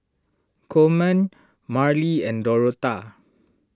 Coleman Marlie and Dorotha